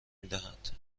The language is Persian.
میدهند